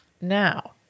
now